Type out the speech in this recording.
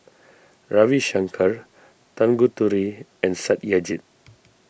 Ravi Shankar Tanguturi and Satyajit